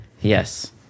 yes